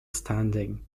standing